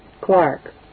Clark